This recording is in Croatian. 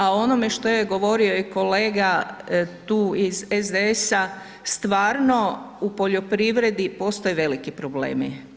A o onome što je govorio i kolega tu iz SDS-a, stvarno u poljoprivredi postoje veliki problemi.